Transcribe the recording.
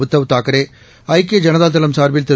உத்தவ் தாக்கரே ஐக்கிய ஜனதா தளம் சார்பில் திரு